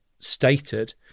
stated